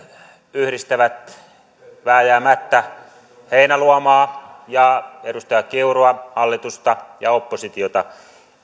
yhdistävät vääjäämättä heinäluomaa ja edustaja kiurua hallitusta ja oppositiota